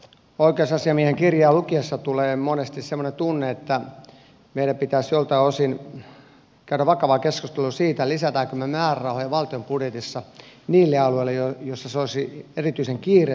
oikeusasiamiehen kirjaa lukiessa tulee monesti semmoinen tunne että meidän pitäisi joiltain osin käydä vakavaa keskustelua siitä lisäämmekö me määrärahoja valtion budjetissa niille alueille joilla se olisi erityisen kiireellistä ja välttämätöntä